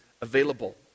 available